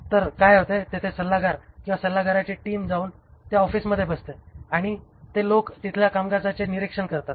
तर काय होते तेथे सल्लागार किंवा सल्लागाराची टीम जाऊन त्या ऑफिसमध्ये बसते आणि ते लोक तिथल्या कामकाजाचे निरीक्षण करतात